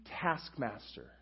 taskmaster